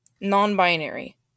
Non-binary